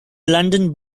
london